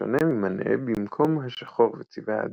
בשונה ממאנה, במקום השחור וצבעי האדמה,